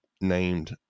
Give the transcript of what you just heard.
named